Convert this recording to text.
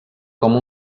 com